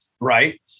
right